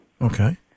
Okay